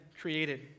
created